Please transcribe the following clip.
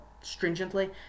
stringently